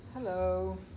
hello